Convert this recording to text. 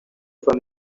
fue